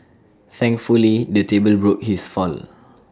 thankfully the table broke his fall